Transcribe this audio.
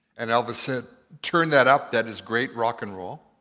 and elvis said, turn that up, that is great rock n roll.